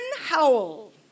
Howell